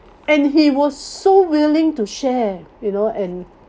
and he was so willing to share you know and